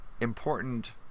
important